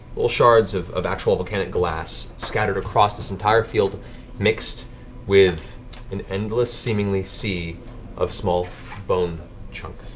little shards of of actual volcanic glass scattered across this entire field mixed with an endless seemingly sea of small bone chunks.